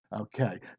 Okay